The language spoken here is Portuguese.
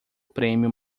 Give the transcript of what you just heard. prêmio